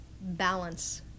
balance